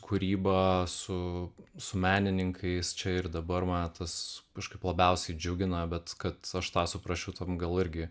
kūryba su su menininkais čia ir dabar man tas kažkaip labiausiai džiugina bet kad aš tą suprasčiau tam gal irgi